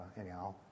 anyhow